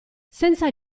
senza